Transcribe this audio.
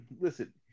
listen